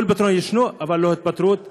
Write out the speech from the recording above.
כל פתרון ישנו, אבל לא התפטרות מהעבודה,